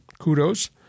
Kudos